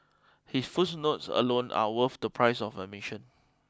his footnotes alone are worth the price of admission